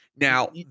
Now